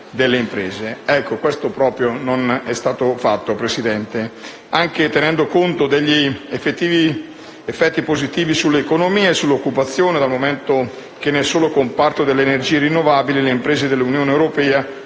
non è stato proprio fatto, signora Presidente, anche tenendo conto degli effetti positivi sull'economia e sull'occupazione, dato che nel solo comparto delle energie rinnovabili le imprese dell'Unione europea